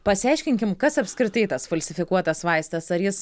pasiaiškinkim kas apskritai tas falsifikuotas vaistas ar jis